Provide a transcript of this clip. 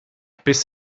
biss